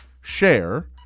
share